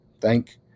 Thank